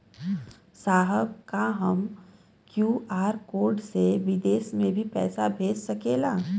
साहब का हम क्यू.आर कोड से बिदेश में भी पैसा भेज सकेला?